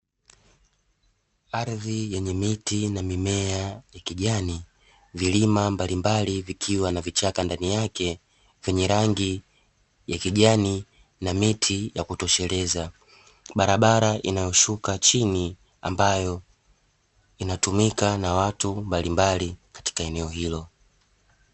Ardhi yenye miti na mimea ya kijani, vilima mbalimbali vikiwa na vichaka ndani yake, vyenye rangi ya kijani na miti ya kutosheleza. Barabara inayoshuka chini ambayo inatumika na watu mbalimbali katika eneo hilo.